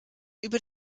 über